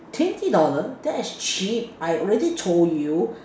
twenty dollar that's cheap I already told you